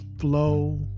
flow